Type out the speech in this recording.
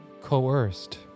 coerced